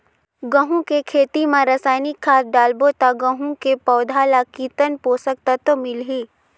गंहू के खेती मां रसायनिक खाद डालबो ता गंहू के पौधा ला कितन पोषक तत्व मिलही?